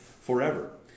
forever